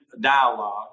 dialogue